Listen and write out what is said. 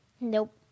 Nope